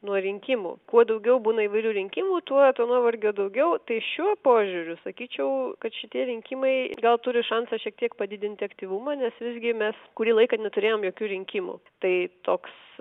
nuo rinkimų kuo daugiau būna įvairių rinkimų tuo to nuovargio daugiau tai šiuo požiūriu sakyčiau kad šitie rinkimai gal turi šansą šiek tiek padidinti aktyvumą nes vis gi mes kurį laiką neturėjom jokių rinkimų tai toks